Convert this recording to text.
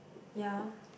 ya